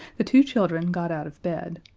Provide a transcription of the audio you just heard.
the two children got out of bed.